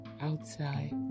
outside